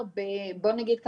בוא נגיד ככה,